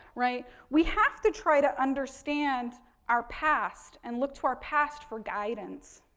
right, we have to try to understand our past and look to our past for guidance.